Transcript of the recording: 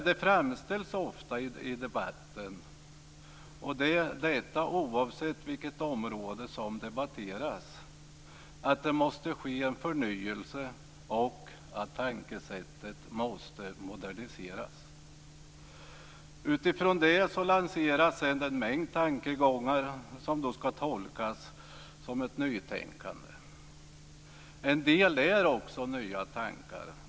Det framställs ofta i debatten - oavsett vilket område som debatteras - att det måste ske en förnyelse och att tankesättet måste moderniseras. Utifrån det lanseras sedan en mängd tankegångar som ska tolkas som ett nytänkande. En del är också nya tankar.